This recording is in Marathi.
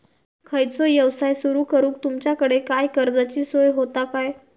खयचो यवसाय सुरू करूक तुमच्याकडे काय कर्जाची सोय होता काय?